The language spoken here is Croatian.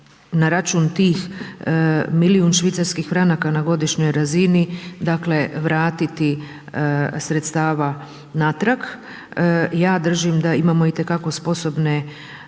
na račun tih milijun švicarskih franaka na godišnjoj razini vratiti sredstava natrag. Ja držim da imamo itekako sposobne